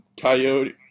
Coyote